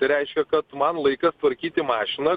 tai reiškia kad man laikas tvarkyti mašiną